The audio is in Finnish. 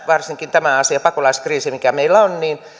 varsinkin tässä asiassa pakolaiskriisissä mikä meillä on